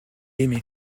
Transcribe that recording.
aimé